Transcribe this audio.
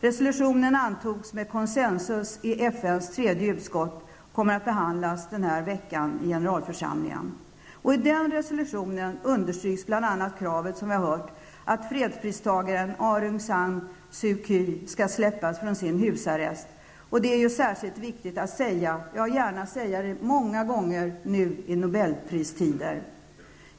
Resolutionen antogs med konsensus i FNs tredje utskott och kommer att behandlas denna vecka i FNs generalförsamling. I nämnda resolution understryks bl.a., som vi redan har hört, kravet på att fredspristagaren Aung San Suu Kyi skall släppas fri från sin husarrest. Det är särskilt viktigt att framhålla det -- och det kan gärna sägas många gånger nu i nobelpristider.